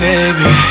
Baby